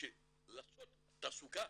שלעשות תעסוקה